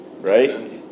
Right